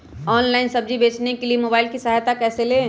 Online सब्जी बेचने के लिए मोबाईल की सहायता कैसे ले?